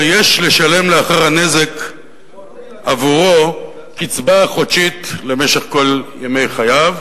יש לשלם לאחר הנזק עבורו קצבה חודשית למשך כל ימי חייו,